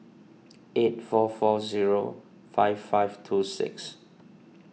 eight four four zero five five two six